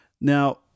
Now